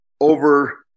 over